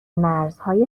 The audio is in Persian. مرزهای